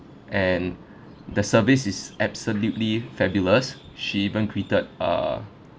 and the service is absolutely fabulous she even greeted err